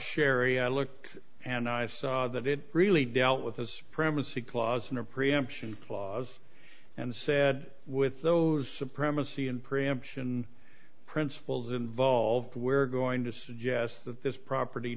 sherry i looked and i saw that it really dealt with this primacy clause in a preemption clause and said with those supremacy and preemption principles involved we're going to suggest that this property